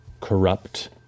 corrupt